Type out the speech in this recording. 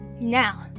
Now